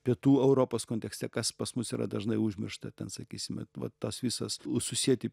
pietų europos kontekste kas pas mus yra dažnai užmiršta ten sakysime va tas visas susieti